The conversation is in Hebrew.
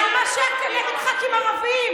על מה שהיה כאן נגד ח"כים ערבים,